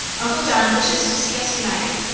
uncle john wishes to see us united.